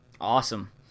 Awesome